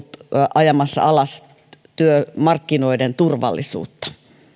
ajamassa alas työmarkkinoiden turvallisuutta